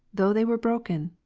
though they were broken.